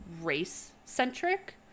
race-centric